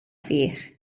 fih